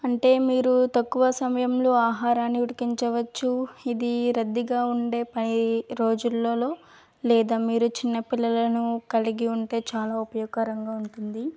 అంటే మీరు తక్కువ సమయంలో ఆహరాన్ని ఉడికించవచ్చు ఇది రద్దీగా ఉండే పై రోజులలో లేదా మీరు చిన్న పిల్లలను కలిగి ఉంటే చాలా ఉపయోగకరంగా ఉంటుంది